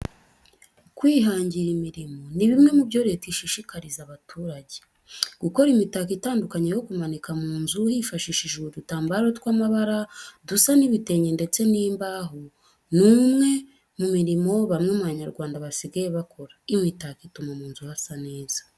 Kwihangira imirimo ni bimwe mu byo leta ishishikariza abaturage. Gukora imitako itandukanye yo kumanika mu nzu hifashishijwe udutambaro tw'amabara dusa n'ibitenge ndetse n'imbaho ni umwe mu mirimo bamwe mu Banyarwanda basigaye bakora. Imitako ituma mu nzu hasa neza.